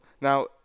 Now